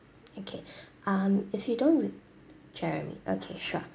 okay um if you don't re~ jeremy okay sure